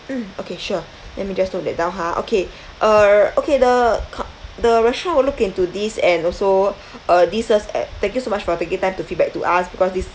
mm okay sure let me just note that down ha okay uh okay the co~ the restaurant will look into this and also uh this us e~ thank you so much for taking time to feedback to us because this